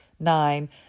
Nine